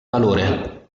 valore